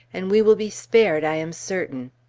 and we will be spared, i am certain.